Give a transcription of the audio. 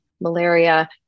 malaria